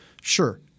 sure